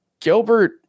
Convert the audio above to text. Gilbert